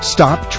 Stop